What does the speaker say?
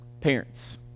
Parents